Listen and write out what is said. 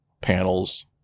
panels